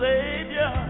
Savior